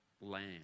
land